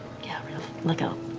yeah, real, like a